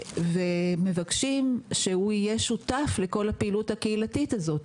ומבקשים שהוא יהיה שותף לכל הפעילות הקהילתית הזאת.